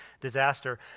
disaster